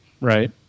Right